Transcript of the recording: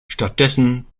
stattdessen